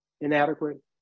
inadequate